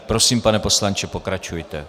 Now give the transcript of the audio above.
Prosím, pane poslanče, pokračujte.